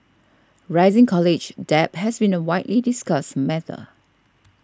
rising college debt has been a widely discussed matter